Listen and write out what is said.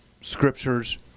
scriptures